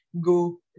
go